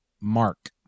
Mark